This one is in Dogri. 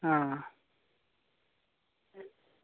आं